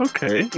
Okay